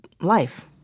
life